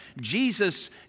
Jesus